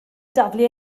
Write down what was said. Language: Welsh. daflu